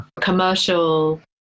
Commercial